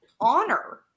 honor